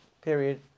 Period